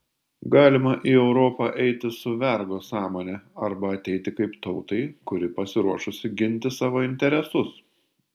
galima į europą eiti su vergo sąmone arba ateiti kaip tautai kuri pasiruošusi ginti savo interesus